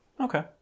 okay